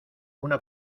una